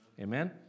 Amen